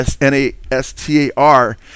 N-A-S-T-A-R